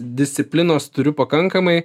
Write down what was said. disciplinos turiu pakankamai